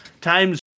times